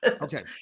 okay